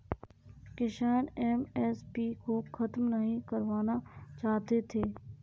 किसान एम.एस.पी को खत्म नहीं करवाना चाहते थे